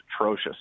atrocious